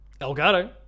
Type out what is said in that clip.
Elgato